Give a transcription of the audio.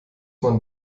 man